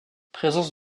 présence